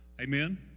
Amen